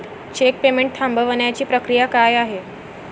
Check payment थांबवण्याची प्रक्रिया काय आहे?